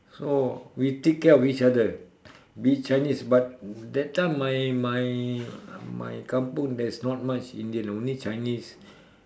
so we take care of each other be it Chinese but that time my my my kampung there's not much Indian only Chinese